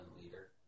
leader